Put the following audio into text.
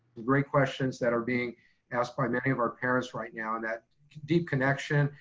great questions that are being asked by many of our parents right now. and that deep connection,